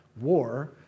war